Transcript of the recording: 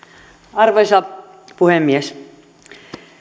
arvoisa puhemies